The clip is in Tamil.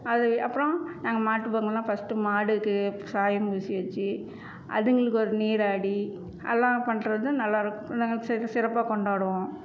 அது அப்புறோம் நாங்கள் மாட்டு பொங்கல்னால் ஃபஸ்ட் மாடுக்கு சாயம் பூசி வச்சு அதுங்களுக்கு ஒரு நீராடி எல்லாம் பண்ணுறது நல்லாயிருக்கும் நாங்கள் சரி சிறப்பாக கொண்டாடுவோம்